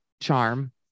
charm